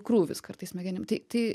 krūvis kartais smegenim tai tai